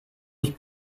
was